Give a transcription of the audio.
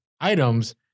items